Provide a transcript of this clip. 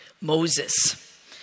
Moses